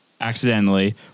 accidentally